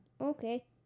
Okay